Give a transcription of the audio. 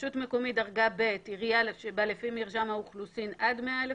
רשות מקומית דרגה ב' זו עירייה שבה לפי מרשם האוכלוסין עד 100,000,